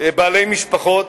בעלי משפחות,